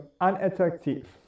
unattractive